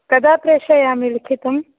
कदा प्रेषयामि लिखितं